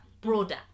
broader